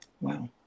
Wow